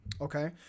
Okay